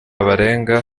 barenga